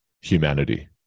humanity